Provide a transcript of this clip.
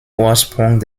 ursprung